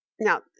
now